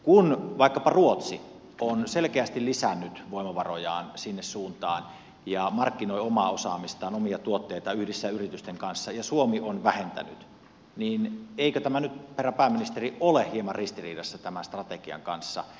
kun vaikkapa ruotsi on selkeästi lisännyt voimavarojaan siihen suuntaan ja markkinoi omaa osaamistaan omia tuotteitaan yhdessä yritysten kanssa ja suomi on vähentänyt niin eikö tämä nyt herra pääministeri ole hieman ristiriidassa tämän strategian kanssa